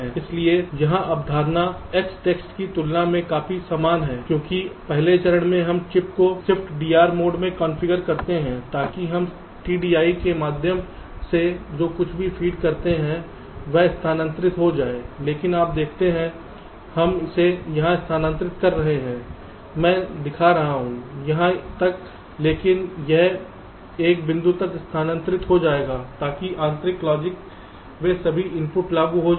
इसलिए यहाँ अवधारणा EXTEST की तुलना में काफी समान है क्योंकि पहले चरण में हम चिप को ShiftDR मोड में कॉन्फ़िगर करते हैं ताकि हम TDI के माध्यम से जो कुछ भी फीड करते हैं वह स्थानांतरित हो जाए लेकिन आप देखते हैं हम इसे यहाँ स्थानांतरित कर रहे हैं मैं दिखा रहा हूँ यहां तक लेकिन यह एक बिंदु तक स्थानांतरित हो जाएगा ताकि आंतरिक लॉजिक के सभी इनपुट लागू हो जाएं